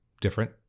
different